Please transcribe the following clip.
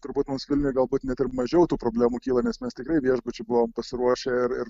turbūt mums vilniuj galbūt net ir mažiau tų problemų kyla nes mes tikrai viešbučių buvom pasiruošę ir ir